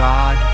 God